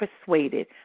persuaded